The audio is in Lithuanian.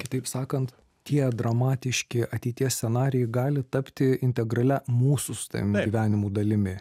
kitaip sakant tie dramatiški ateities scenarijai gali tapti integralia mūsų su tavim gyvenimų dalimi